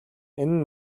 энэ